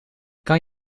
kan